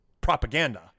propaganda